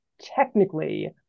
technically